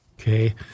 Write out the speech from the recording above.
Okay